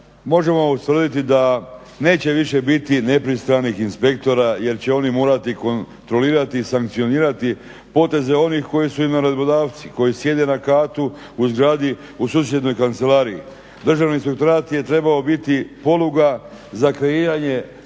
možemo ustvrditi da neće više biti nepristranih inspektora jer će oni morati kontrolirati i sankcionirati poteze onih koji su imali naredbodavci, koji sjede na katu u zgradi, u susjednoj kancelariji. Državni inspektorat je trebao biti poluga za kreiranje